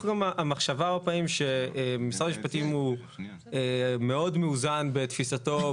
המחשבה הרבה פעמים שמשרד המשפטים הוא מאוד מאוזן בתפיסתו.